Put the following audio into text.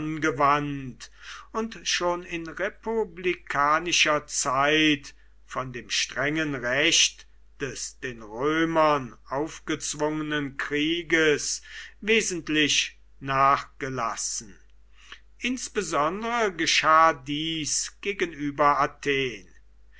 und schon in republikanischer zeit von dem strengen recht des den römern aufgezwungenen krieges wesentlich nachgelassen insbesondere geschah dies gegenüber athen